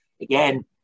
Again